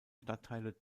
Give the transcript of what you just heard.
stadtteile